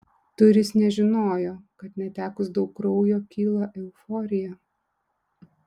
turis nežinojo kad netekus daug kraujo kyla euforija